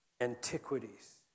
Antiquities